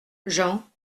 jean